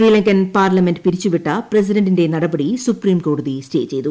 Sri Lankan parliament പിരിച്ചുവിട്ട പ്രസിഡന്റിന്റെ നടപടി സുപ്രീംകോടതി സ്റ്റേ ചെയ്തു